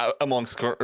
amongst